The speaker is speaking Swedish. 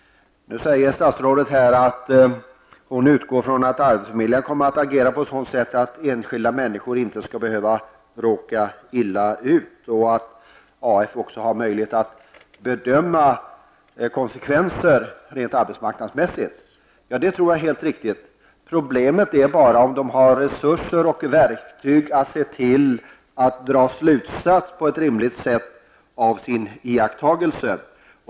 Nu säger statsrådet att hon utgår från att arbetsförmedlingarna kommer att agera på ett sådant sätt att enskilda människor inte skall behöva råka illa ut, och att arbetsförmedlingarna också har möjlighet att bedöma konsekvenser rent arbetsmarknadsmässigt. Det tror jag är helt riktigt. Frågan är bara om de har resurser och verktyg för att på ett rimligt sätt dra slutsatser av sin iakttagelse.